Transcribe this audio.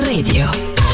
Radio